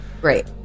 Great